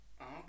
Okay